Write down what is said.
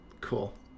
Cool